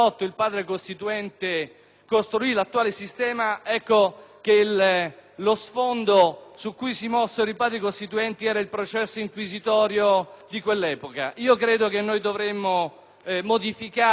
costruito l'attuale sistema, lo sfondo su cui si mossero i Padri costituenti era il processo inquisitorio di quell'epoca. Credo che dovremmo modificare le norme processuali